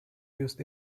used